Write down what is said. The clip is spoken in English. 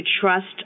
trust